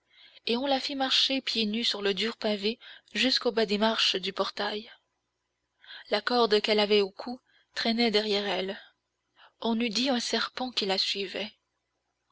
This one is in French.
et on la fit marcher pieds nus sur le dur pavé jusqu'au bas des marches du portail la corde qu'elle avait au cou traînait derrière elle on eût dit un serpent qui la suivait